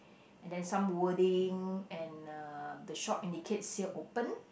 and then some wording and uh the shop indicates here open